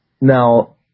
Now